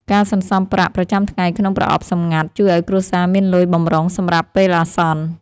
ការសន្សំប្រាក់ប្រចាំថ្ងៃក្នុងប្រអប់សម្ងាត់ ជួយឱ្យគ្រួសារមានលុយបម្រុងសម្រាប់ពេលអាសន្ន។